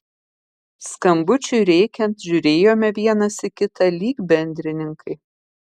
skambučiui rėkiant žiūrėjome vienas į kitą lyg bendrininkai